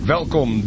Welkom